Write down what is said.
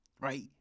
right